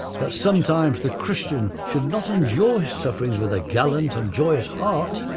that sometimes the christian should not enjoy sufferings with a gallant and joyous heart.